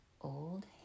Old